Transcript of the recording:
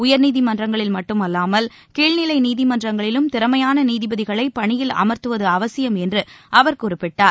உயர்நீதிமன்றங்களில் மட்டுமல்லாமல் கீழ்நிலை நீதிமன்றங்களிலும் திறமையாள நீதிபதிகளை பணியில் அமர்த்துவது அவசியம் என்று அவர் குறிப்பிட்டார்